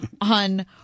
on